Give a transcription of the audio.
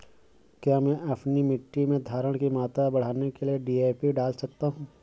क्या मैं अपनी मिट्टी में धारण की मात्रा बढ़ाने के लिए डी.ए.पी डाल सकता हूँ?